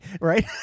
right